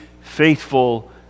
faithful